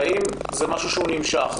האם זה דבר שנמשך?